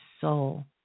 soul